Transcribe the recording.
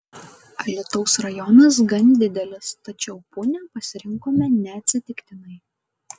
alytaus rajonas gan didelis tačiau punią pasirinkome neatsitiktinai